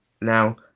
now